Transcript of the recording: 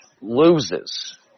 loses